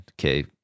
okay